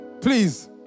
Please